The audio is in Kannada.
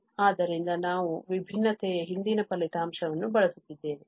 ಆದ್ದರಿಂದ ನಾವು ವಿಭಿನ್ನತೆಯ ಹಿಂದಿನ ಫಲಿತಾಂಶವನ್ನು ಬಳಸುತ್ತಿದ್ದೇವೆ